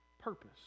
purpose